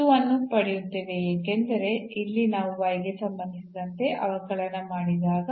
ಇದು ಸ್ಪಷ್ಟವಾಗಿದೆ ಏಕೆಂದರೆ ಮತ್ತು ಎರಡೂ ಶೂನ್ಯವಲ್ಲ 1 ಎಂಬುದು 0 ಆಗಿರಬಹುದು